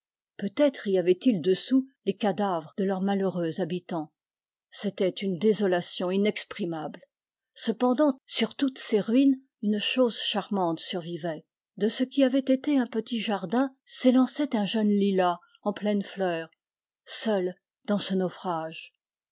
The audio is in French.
peut-être y avait-il dessous les cadavres de leurs malheureux habitans c'était d'une désolation inexprimable cependant sur toutes ces ruines une chose charmante survivait de ce qui avait été un petit jardin s'élançait un jeune lilas en pleine fleur seul dans ce naufrage